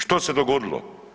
Što se dogodilo?